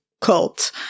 cult